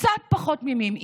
קצת פחות תמימים.